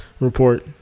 report